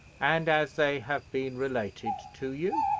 and as they have been related to you?